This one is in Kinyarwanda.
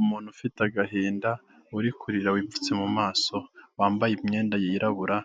Umuntu ufite agahinda uri kurira wipfutse mu maso wambaye imyenda yirabura